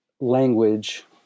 language